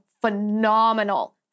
phenomenal